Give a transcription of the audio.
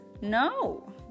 No